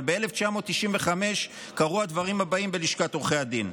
אבל ב-1995 קרו הדברים הבאים בלשכת עורכי הדין: